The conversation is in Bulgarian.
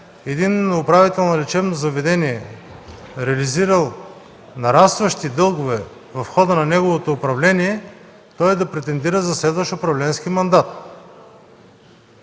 един управител на лечебно заведение, реализирал нарастващи дългове в хода на неговото управление, да претендира за следващ управленски мандат.